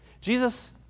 Jesus